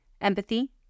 empathy